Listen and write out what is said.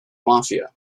mafia